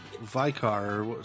Vicar